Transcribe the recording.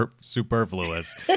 superfluous